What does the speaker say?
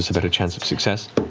ah better chance of success.